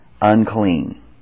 unclean